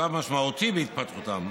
ובשלב משמעותי בהתפתחותם.